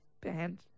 Band